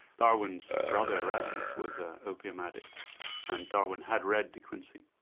darwin's brother erasmus was an opium addict and darwin had read de quincy.